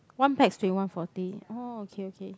one pax twenty one forty oh okay okay